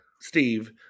steve